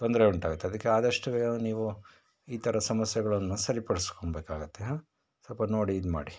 ತೊಂದರೆ ಉಂಟಾಗ್ತದೆ ಅದಕ್ಕೆ ಆದಷ್ಟು ಬೇಗ ನೀವು ಈ ಥರ ಸಮಸ್ಯೆಗಳನ್ನು ಸರಿಪಡಿಸ್ಕೊಳ್ಬೇಕಾಗುತ್ತೆ ಹಾಂ ಸ್ವಲ್ಪ ನೋಡಿ ಇದು ಮಾಡಿ